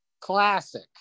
classic